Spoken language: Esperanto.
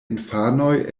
infanoj